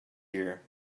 year